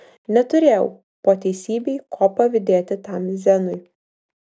neturėjau po teisybei ko pavydėti tam zenui